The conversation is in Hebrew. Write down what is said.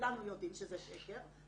כולם יודעים שזה שקר.